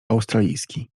australijski